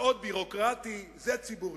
מאוד ביורוקרטי, זה ציבורי.